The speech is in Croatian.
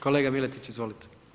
Kolega Miletić izvolite.